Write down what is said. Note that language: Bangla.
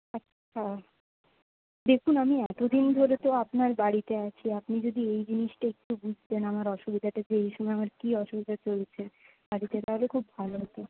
আচ্ছা দেখুন আমি এতদিন ধরে তো আপনার বাড়িতে আছি আপনি যদি এই জিনিসটা একটু বুঝতেন আমার অসুবিধাটা যে এই সময় আমার কী অসুবিধা চলছে বাড়িতে তাহলে খুব ভালো হতো